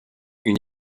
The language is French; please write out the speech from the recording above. une